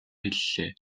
хэллээ